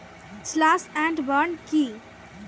Slash and burn কি?